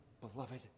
beloved